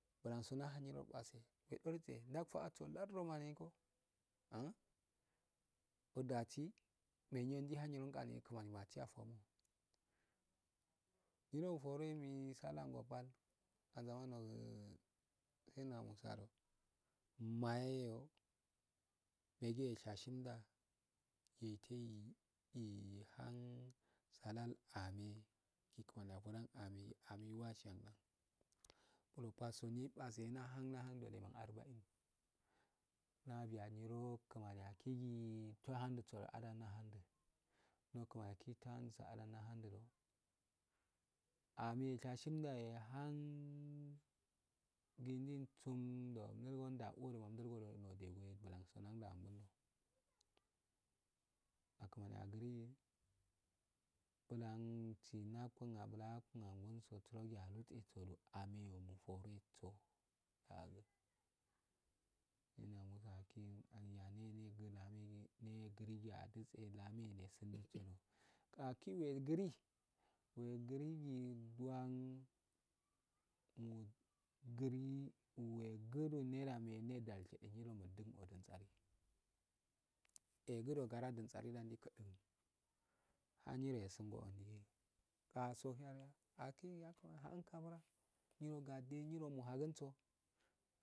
Nda so nda hun nyiino base we dorum toshe ndow fa oh so lardu do manego datsi megu yo ndi ha nu nyiro ani kumani atsi aifo un nyiwu, ufure ndi hu sala ango pal ah zaman rogu saina musa do may yo megu eh shashin da ehte ye ehan shalal amegi, kuma niafodan came ame washi gon bwo pal se nye base no nahun nahun do ehman arba een na ani nyiro kuwani agigi ta hundh go ah dan da hundu ame eh kashimdo ehan dnifundo gi ndi fundo me nda uhi mdul gwodo ani kumani agri blam tsima aftun abro tso teiro gu anneyo kways foh agi ani ogigi we girim ner ame ndali so gu mul dugu oh dan tsaru, ehgu don ah nyiro esun gu an nyile osohe aki ya kumaniha un kabura nyiro gade nyiro muhun tso